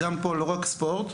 כולל ספורט, אבל לא רק לספורט.